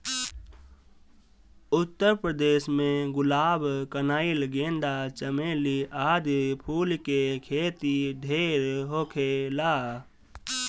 उत्तर प्रदेश में गुलाब, कनइल, गेंदा, चमेली आदि फूल के खेती ढेर होखेला